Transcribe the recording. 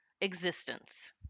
existence